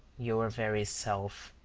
your very self.